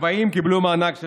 הכבאים קיבלו מענק של